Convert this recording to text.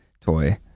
toy